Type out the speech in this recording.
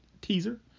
teaser